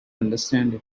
understand